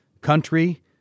country